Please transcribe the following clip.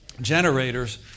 generators